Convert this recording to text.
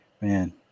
man